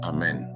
Amen